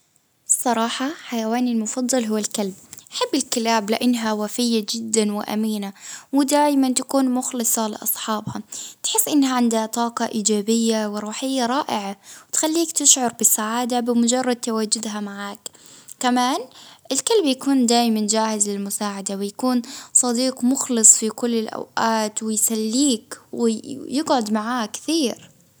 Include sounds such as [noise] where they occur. الصراحة حيواني المفضل هو الكلب، بتحب الكلاب لإنها وفية جدا وأمينة، ودايما تكون مخلصة لأصحابها، تحس إنها عندها طاقة إيجابية وروحية رائعة، تخليك تشعر بسعادة بمجرد تواجدها معك، كمان الكلب بيكون دايما جاهز للمساعدة، ويكون صديق مخلص في كل الأوقات [hesitation] ويسليك [hesitation] ويقعد معاك كثير.